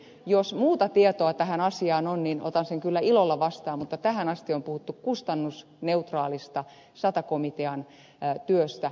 jos muuta tietoa tähän asiaan on niin otan sen kyllä ilolla vastaan mutta tähän asti on puhuttu kustannusneutraalista sata komitean työstä